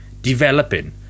developing